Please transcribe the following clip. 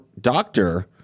doctor